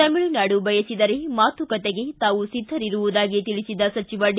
ತಮಿಳುನಾಡು ಬಯಸಿದರೆ ಮಾತುಕತೆಗೆ ತಾವು ಸಿದ್ದರಿರುವುದಾಗಿ ತಿಳಿಸಿದ ಸಚಿವ ಡಿ